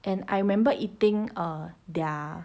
and I remember eating uh their